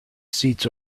seats